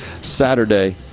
Saturday